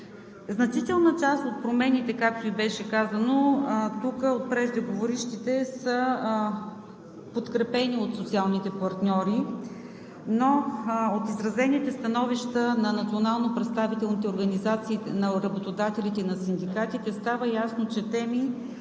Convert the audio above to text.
Значителна част от промените, както беше казано тук от преждеговорившите, са подкрепени от социалните партньори, но от изразените становища на национално представителните организации на работодателите и на синдикатите става ясно, че теми